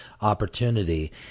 opportunity